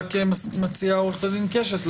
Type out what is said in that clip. מציעה עו"ד קשת,